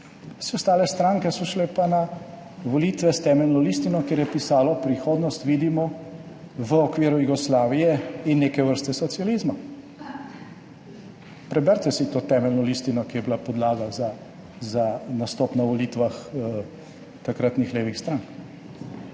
vse ostale stranke so šle pa na volitve s temeljno listino, kjer je pisalo, prihodnost vidimo v okviru Jugoslavije in neke vrste socializma. Preberite si to temeljno listino, ki je bila podlaga za nastop na volitvah takratnih levih strank.